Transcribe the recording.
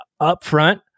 upfront